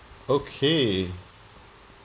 okay